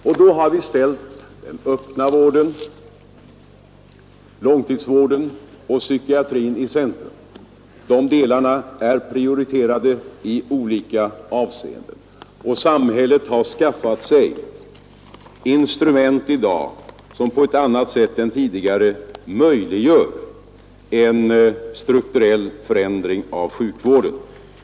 Därvid har vi ställt den öppna vården, långtidsvården och psykiatrin i centrum; de delarna är prioriterade i olika avseenden. Samhället har skaffat sig instrument som i dag på ett bättre sätt än tidigare möjliggör en strukturell förändring av sjukvården.